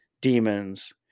demons